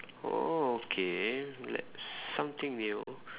oh okay that's something new